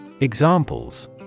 Examples